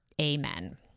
Amen